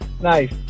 Nice